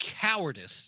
cowardice